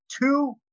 two